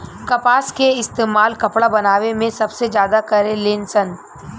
कपास के इस्तेमाल कपड़ा बनावे मे सबसे ज्यादा करे लेन सन